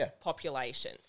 population